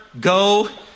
Go